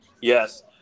Yes